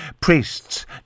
priests